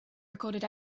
recorded